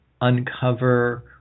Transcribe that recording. uncover